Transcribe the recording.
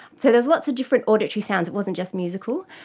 so there's lots of different auditory sounds, it wasn't just musical.